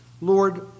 Lord